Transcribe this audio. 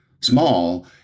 small